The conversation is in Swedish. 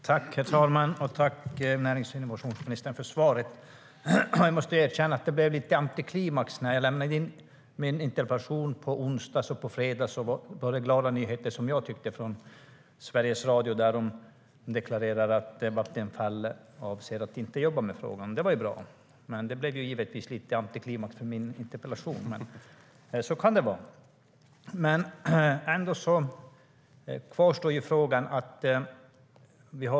Herr talman! Tack för svaret, närings och innovationsministern! Jag måste erkänna att det blev lite antiklimax. Jag lämnade in min interpellation på onsdagen. På fredagen var det som jag tyckte glada nyheter från Sveriges Radio där man deklarerade att Vattenfall avser att inte jobba med frågan. Det var bra, men det blev givetvis lite antiklimax för min interpellation. Så kan det vara. Det kvarstår ändå en fråga, Mikael Damberg.